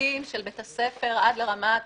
לפרטים של בית הספר עד לרמת